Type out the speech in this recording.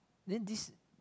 then this